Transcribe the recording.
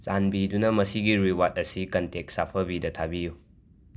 ꯆꯥꯟꯕꯤꯗꯨꯅ ꯃꯁꯤꯒꯤ ꯔꯤꯋꯥꯠ ꯑꯁꯤ ꯀꯟꯇꯦꯛ ꯁꯥꯐꯕꯤꯗ ꯊꯥꯕꯤꯌꯨ